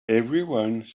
everyone